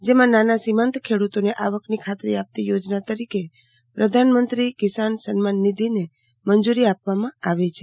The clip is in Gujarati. જેમાં નાના સીમંત ખેડૂતોને આવકની ખાતરી આપવી યોજના તરીકે પ્રધાનમંત્રી કિસન સન્માન નિધિને મંજુરી આપવામાં આવી છે